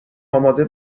آماده